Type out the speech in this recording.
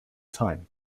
time